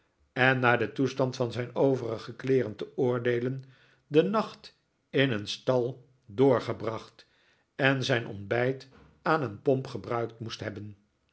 en naar den toestand van zijn overige kleeren te oordeelen den nacht in een stal doorgebracht en zijn ontbijt aan een pomp gebruikt moest hebben